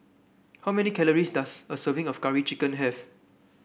how many calories does a serving of Curry Chicken have